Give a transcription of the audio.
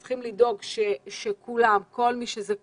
צריך לדאוג לכך שכולם, כל מי שזכאי,